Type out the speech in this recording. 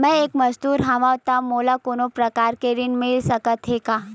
मैं एक मजदूर हंव त मोला कोनो प्रकार के ऋण मिल सकत हे का?